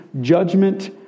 judgment